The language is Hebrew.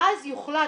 ואז יוחלט,